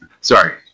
Sorry